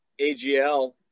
AGL